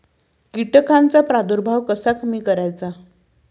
कीटकांचा प्रादुर्भाव कसा कमी करायचा?